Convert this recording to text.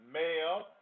male